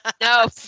No